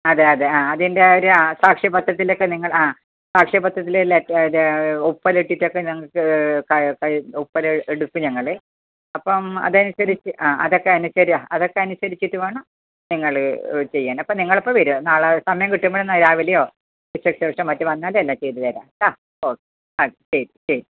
അതെ അതെ ആ അതിൻ്റെ ആ ഒരു സാക്ഷ്യപത്രത്തിൽ ഒക്കെ നിങ്ങൾ ആ സാക്ഷ്യപത്രത്തിൽ ഒപ്പ് എല്ലാം ഇട്ടിട്ട് ഒക്കെ ഞങ്ങൾക്ക് ഒപ്പല്ലേ എടുക്കും ഞങ്ങള് അപ്പം അതനുസരിച്ച് ആ അതൊക്കെ ആ അനുസരിച്ചിട്ട് വേണം നിങ്ങൾ ചെയ്യാൻ അപ്പം നിങ്ങൾ അപ്പം വരുക നാളെ സമയം കിട്ടുമ്പം രാവിലെയോ ഉച്ചയ്ക്കോ ശേഷം മറ്റോ വന്നാൽ എല്ലാം ചെയ്തുതരാം കേട്ടൊ ഓക്കേ ആ ശരി ശരി